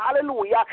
Hallelujah